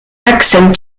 accent